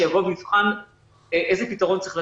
שיבוא ויבחן איזה פתרון צריך לתת?